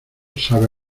sabe